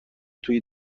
توی